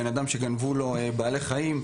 בן אדם שגנבו לו בעלי חיים.